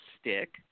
stick